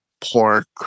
pork